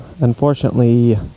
unfortunately